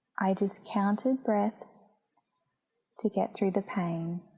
i just counted breaths to get through the pain.